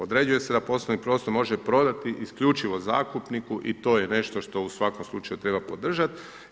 Određuje se da poslovni prostor može prodati isključivo zakupniku i to je nešto što u svakom slučaju treba podržat.